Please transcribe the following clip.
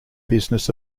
business